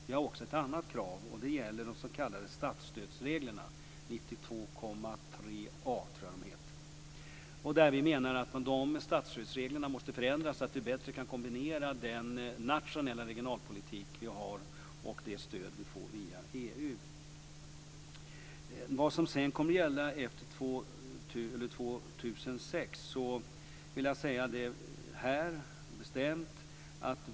Vi har också ett annat krav som gäller de s.k. statsstödsreglerna - jag tror de benämns 92.3 a. Statsstödsreglerna måste förändras så att det går att bättre kombinera den nationella regionalpolitik som finns och det stöd vi får via EU. Sedan var det frågan om vad som skall gälla efter 2006.